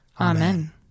Amen